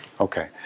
Okay